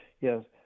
yes